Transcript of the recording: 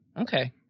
Okay